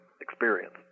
experience